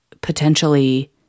potentially